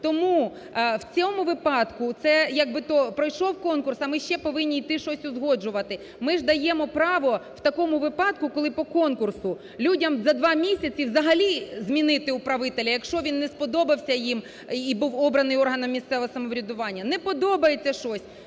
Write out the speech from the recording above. Тому в цьому випадку, це якби то пройшов конкурс, а ми ще повинні йти, щось узгоджувати. Ми ж даємо право в такому випадку, коли по конкурсу, людям за два місяці взагалі змінити управителя, якщо він не сподобався їм і був обраний органом місцевого самоврядування. Не подобається щось